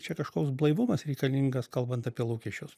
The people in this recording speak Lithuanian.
čia kažkoks blaivumas reikalingas kalbant apie lūkesčius